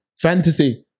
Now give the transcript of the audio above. Fantasy